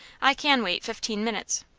i can wait fifteen minutes.